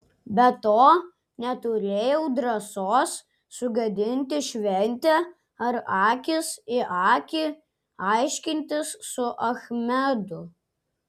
be to neturėjau drąsos sugadinti šventę ar akis į akį aiškintis su achmedu